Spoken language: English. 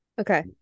Okay